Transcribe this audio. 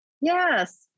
Yes